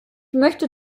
möchte